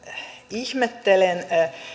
ihmettelen